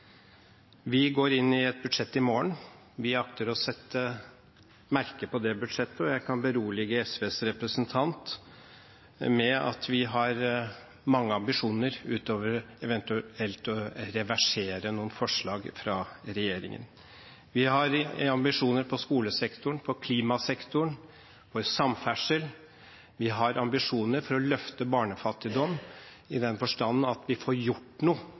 Vi går inn i et budsjett i morgen. Vi akter å sette merke på det budsjettet, og jeg kan berolige SVs representant med at vi har mange ambisjoner utover eventuelt å reversere noen forslag fra regjeringen. Vi har ambisjoner for skolesektoren, for klimasektoren og innen samferdsel. Vi har ambisjoner for å løfte barnefattigdom, i den forstand at vi får gjort noe